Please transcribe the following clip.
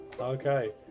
Okay